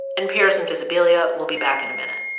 npr's invisibilia will be back in a minute